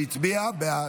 ההצבעה: 32 בעד,